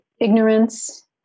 ignorance